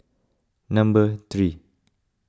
number three